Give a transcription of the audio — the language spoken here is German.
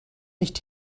nicht